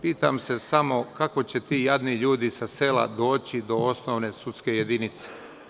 Pitam se samo kako će ti jadni ljudi sa sela doći do osnovne sudske jedinice.